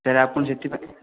sir ଆପଣ ସେଥିପାଇଁ